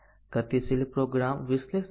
અને 7 પરિણામ બદલાય છે